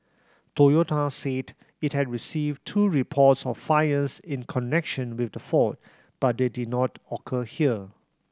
Toyota said it had received two reports of fires in connection with the fault but they did not occur here